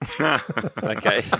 Okay